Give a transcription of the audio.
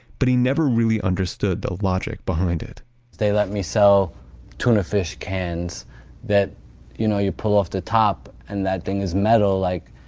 but, he never really understood the logic behind it they let me sell tuna fish cans that you know you pull off the top and that thing is metal. like,